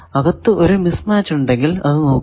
അകത്തു ഒരു mismatch ഉണ്ടെങ്കിൽ അത് നോക്കുക